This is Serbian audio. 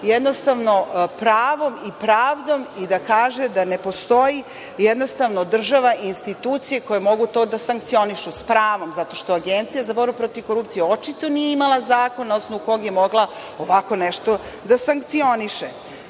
se bavi pravom i pravdom i da kaže da ne postoji država i institucije koje mogu to da sankcionišu, s pravom, zato što Agencija za borbu protiv korupcije očito nije imala zakon na osnovu kog je mogla ovako nešto da sankcioniše? Treba